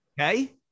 Okay